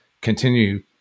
continue